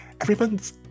Everyone's